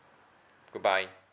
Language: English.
goodbye